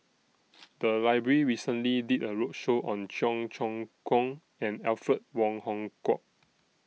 The Library recently did A roadshow on Cheong Choong Kong and Alfred Wong Hong Kwok